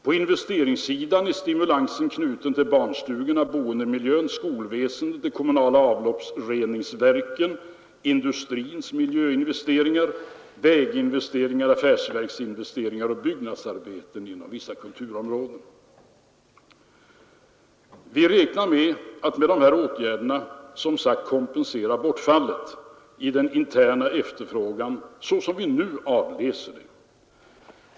På investeringssidan är stimulansen knuten till barnstugorna, boendemiljön, skolväsendet, de kommunala avloppsreningsverken, industrins miljöinvesteringar, väginvesteringar, affärsverksinvesteringar och byggnadsarbeten inom vissa kulturområden. Med dessa åtgärder beräknar vi att kompensera bortfallet i den interna efterfrågan, såsom vi nu avläser det.